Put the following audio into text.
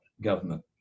government